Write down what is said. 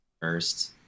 first